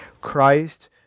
Christ